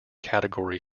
category